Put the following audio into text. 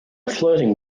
flirting